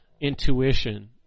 intuition